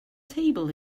table